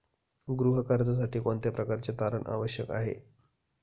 गृह कर्जासाठी कोणत्या प्रकारचे तारण आवश्यक आहे?